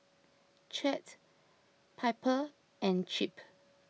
Chet Piper and Chip